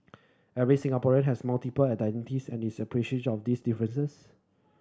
every Singaporean has multiple identities and is appreciative of these differences